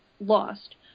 lost